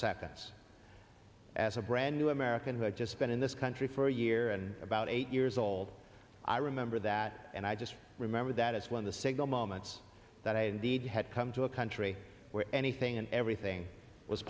seconds as a brand new american who had just been in this country for a year and about eight years old i remember that and i just remember that it's one of the signal moments that i indeed had come to a country where anything and everything was